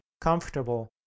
comfortable